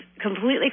completely